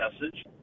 message